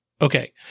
Okay